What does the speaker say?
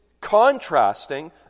contrasting